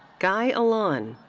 guy alon.